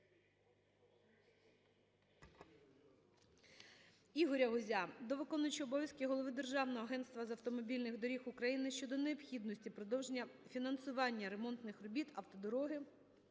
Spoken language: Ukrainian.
Ігоря Гузя до виконуючого обов'язки голови Державного агентства автомобільних доріг України щодо необхідності продовження фінансування ремонтних робіт автодороги